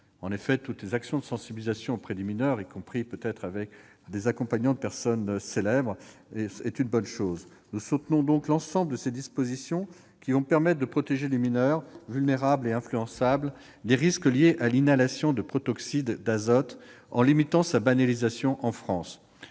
18 ans. Toutes les actions de sensibilisation auprès des mineurs, y compris par des personnes célèbres, sont une bonne chose. Nous soutenons l'ensemble de ces dispositions, qui vont permettre de protéger les mineurs, vulnérables et influençables, des risques liés à l'inhalation de protoxyde d'azote en limitant sa banalisation en France.